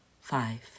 Five